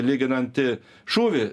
lyginanti šūvį